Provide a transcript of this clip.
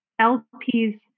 LPs